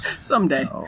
Someday